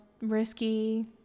risky